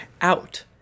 out